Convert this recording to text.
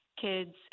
kids